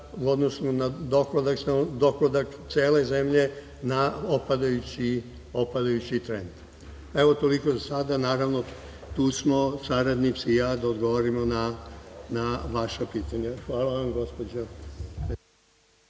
odnosu na dohodak cele cemlje na opadajući trend. Toliko za sada. Naravno, tu smo saradnici i ja da odgovorimo na vaša pitanja. Hvala vam gospođo